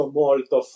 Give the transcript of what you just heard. molto